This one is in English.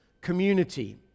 community